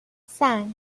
cinq